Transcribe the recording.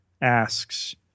Asks